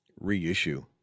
reissue